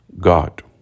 God